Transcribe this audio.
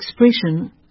expression